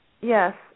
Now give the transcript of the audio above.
Yes